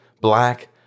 black